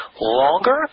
longer